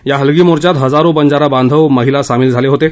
या हालगी मोर्चात हजारो बंजारा बांधवमहिला सामील झाल्या होत्या